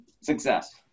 success